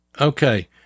Okay